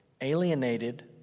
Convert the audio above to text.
alienated